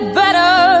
better